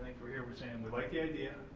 for here, we're saying we like the idea,